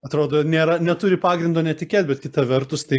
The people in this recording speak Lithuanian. atrodo nėra neturi pagrindo netikėt bet kita vertus tai